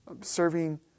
serving